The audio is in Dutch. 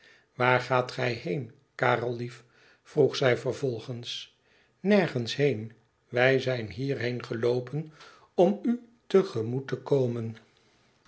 waar gaat gij heen karel lief vroeg zij vervolgens nergens heen wij zijn hierheen geloopen om u te gencoet te komen